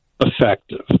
effective